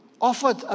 offered